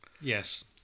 yes